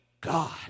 God